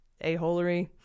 a-holery